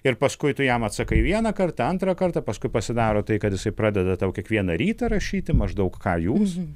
ir paskui tu jam atsakai vieną kartą antrą kartą paskui pasidaro tai kad jisai pradeda tau kiekvieną rytą rašyti maždaug ką jūs